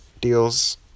deals